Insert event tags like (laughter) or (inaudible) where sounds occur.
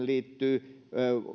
(unintelligible) liittyy